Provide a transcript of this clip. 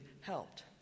helped